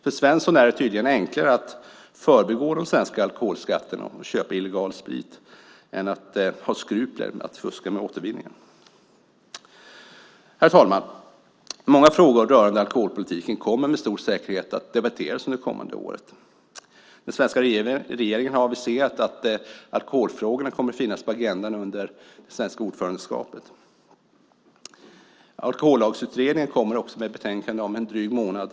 För Svensson är det tydligen enklare att förbigå de svenska alkoholskatterna och köpa illegal sprit än att ha skrupler med att fuska med återvinningen. Herr talman! Många frågor rörande alkoholpolitiken kommer med stor säkerhet att debatteras under det kommande året. Den svenska regeringen har aviserat att alkoholfrågorna kommer att finnas på agendan under det svenska ordförandeskapet. Alkohollagsutredningen kommer också med ett betänkande om en dryg månad.